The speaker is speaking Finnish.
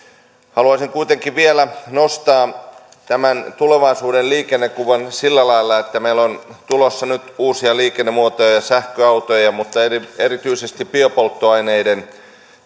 haluaisin kuitenkin vielä nostaa tämän tulevaisuuden liikennekuvan sillä lailla että meillä on tulossa nyt uusia liikennemuotoja ja sähköautoja mutta erityisesti biopolttoaineiden